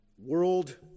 world